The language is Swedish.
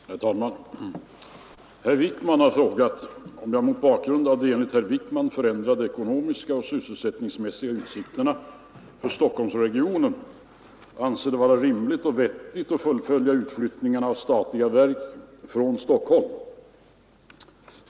Herr talman! Herr Wijkman har frågat mig om jag —- mot bakgrund av de enligt herr Wijkman förändrade ekonomiska och sysselsättningsmässiga utsikterna för Stockholmsregionen — anser det vara rimligt och vettigt att fullfölja utflyttningen av statliga verk från Stockholm.